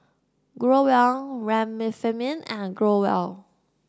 Growell Remifemin and Growell